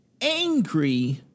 angry